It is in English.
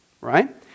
right